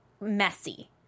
messy